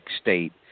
state